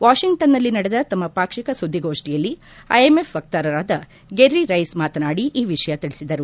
ವಾಷಿಂಗ್ವನ್ನಲ್ಲಿ ನಡೆದ ತಮ್ಮ ಪಾಕ್ಷಿಕ ಸುದ್ದಿಗೋಡ್ಡಿಯಲ್ಲಿ ಐಎಂಎಫ್ ವಕ್ತಾರರಾದ ಗೆರಿ ರೈಸ್ ಮಾತನಾದಿ ಈ ವಿಷಯ ತಿಳಿಸಿದರು